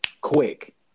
quick